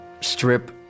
strip